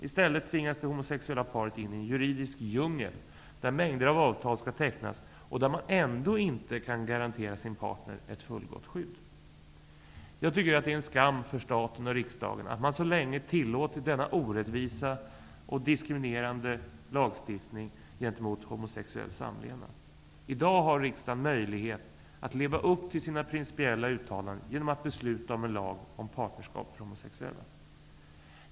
I stället tvingas det homosexuella paret in i en juridisk djungel där mängder av avtal skall tecknas och där man ändå inte kan garantera sin partner ett fullgott skydd. Jag tycker att det är en skam för staten och riksdagen att man så länge tillåtit denna orättvisa och diskriminerande lagstiftning gentemot homosexuell samlevnad. I dag har riksdagen möjlighet att leva upp till sina principiella uttalanden genom att besluta om en lag om partnerskap för homosexuella.